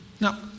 Now